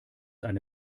eine